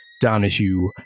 Donahue